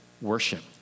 worship